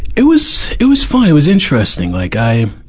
it was, it was fun it was interesting. like, i, i